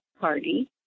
party